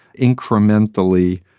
incrementally